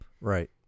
Right